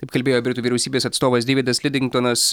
taip kalbėjo britų vyriausybės atstovas deividas lidingtonas